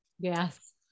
Yes